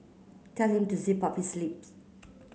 tell him to zip up his lips